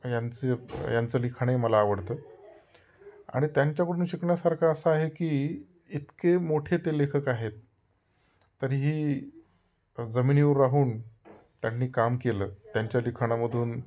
यांचं यांचं लिखाणही मला आवडतं आणि त्यांच्याकडून शिकण्यासारखं असं आहे की इतके मोठे ते लेखक आहेत तरीही जमिनीवर राहून त्यांनी काम केलं त्यांच्या लिखाणामधून